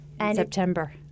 September